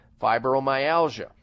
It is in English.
fibromyalgia